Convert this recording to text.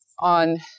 on